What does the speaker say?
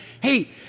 hey